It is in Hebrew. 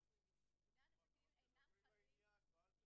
היום ה-13 בנובמבר 2018,